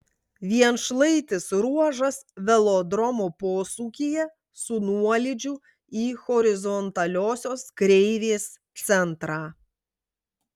vienšlaitis ruožas velodromo posūkyje su nuolydžiu į horizontaliosios kreivės centrą